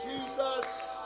Jesus